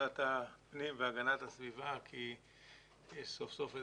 לוועדת הפנים והגנת הסביבה כי סוף סוף זאת